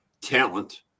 talent